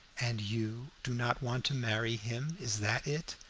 and you do not want to marry him? is that it?